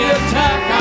attack